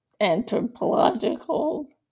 anthropological